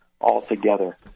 altogether